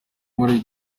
muri